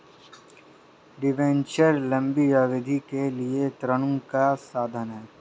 debenture लंबी अवधि के लिए ऋण का साधन है